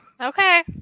okay